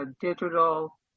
digital